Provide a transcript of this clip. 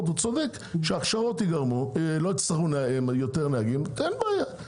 שההכשרות ייגמרו, לא יצטרכו עוד נהגים אין בעיה.